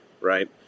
right